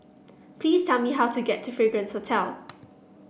please tell me how to get to Fragrance Hotel